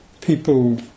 people